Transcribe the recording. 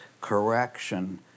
correction